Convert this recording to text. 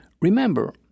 Remember